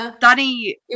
Danny